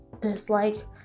dislike